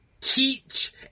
teach